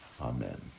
Amen